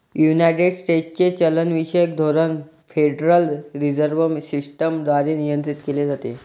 United स्टेट्सचे चलनविषयक धोरण फेडरल रिझर्व्ह सिस्टम द्वारे नियंत्रित केले जाते